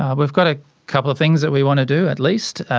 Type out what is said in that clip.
um we've got a couple of things that we want to do, at least,